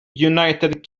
united